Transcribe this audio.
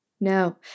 No